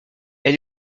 elle